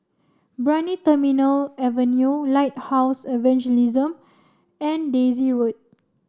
Brani Terminal Avenue Lighthouse Evangelism and Daisy Road